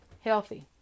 healthy